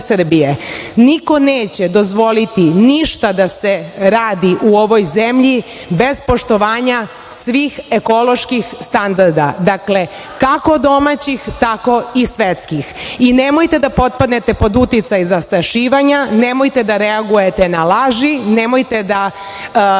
niko neće dozvoliti ništa da se radi u ovoj zemlji bez poštovanja svih ekoloških standarda, kako domaćih, tako i svetskih i nemojte da potpadnete pod uticaj zastrašivanja, nemojte da reagujete na laži, nemojte da